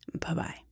Bye-bye